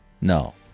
No